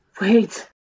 Wait